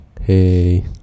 Hey